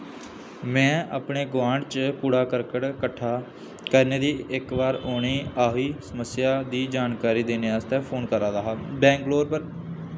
में अपने गुआंढ च कूड़ा करकट कट्ठा करने दी इक बार होने आह्ली समस्या दी जानकारी देने आस्तै फोन करा दा हा बैंगलोर पर